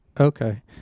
Okay